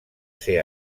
ser